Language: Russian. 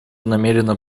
намерена